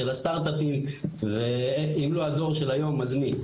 של הסטארט-אפים ואם לא הדור של היום אז מי?